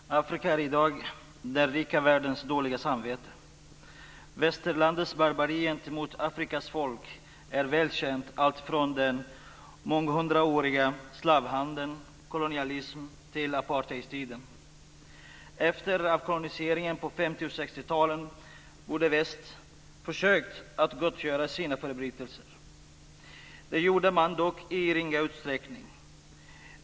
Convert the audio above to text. Fru talman! Afrika är i dag den rika världens dåliga samvete. Västerlandets barbari gentemot Afrikas folk är välkänt alltifrån den månghundraåriga slavhandeln och kolonialismen till apartheidtiden. Efter avkolonialiseringen på 50 och 60-talen borde väst försökt att gottgöra sina förbrytelser. Det gjorde man dock i ringa utsträckning.